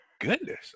goodness